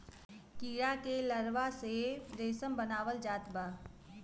कीड़ा के लार्वा से रेशम बनावल जात बा